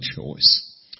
choice